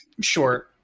sure